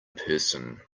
person